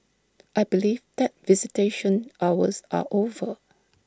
I believe that visitation hours are over